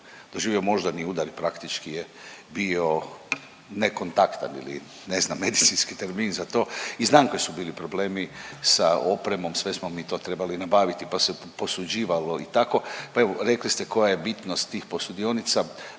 doživio moždani udar i praktički je bio nekontaktan ili ne znam medicinski termin za to i znam koji su bili problemi sa opremom, sve smo mi to trebali nabaviti, pa se posuđivalo i tako. Pa evo, rekli ste koja je bitnost tih posudionica,